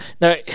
no